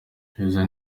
keza